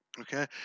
okay